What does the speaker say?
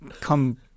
come